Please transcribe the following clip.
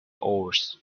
oars